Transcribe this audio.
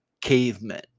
cavemen